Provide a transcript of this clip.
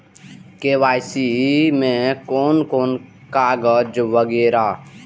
KYC में कोन कोन कागज वगैरा?